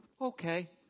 Okay